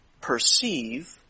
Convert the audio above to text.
Perceive